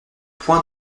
point